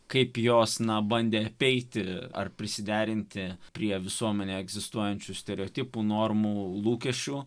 kaip jos na bandė apeiti ar prisiderinti prie visuomenėje egzistuojančių stereotipų normų lūkesčių